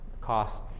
cost